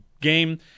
game